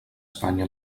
espanya